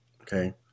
okay